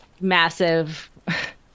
massive